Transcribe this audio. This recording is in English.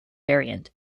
variant